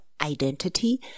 identity